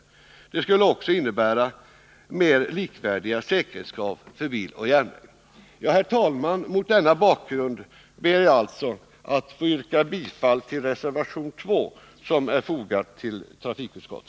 Ett genomförande av förslagen skulle också innebära mer likvärdiga säkerhetskrav för bil och järnväg. Herr talman! Mot denna bakgrund ber jag alltså att få yrka bifall till reservation 2 vid trafikutskottets betänkande.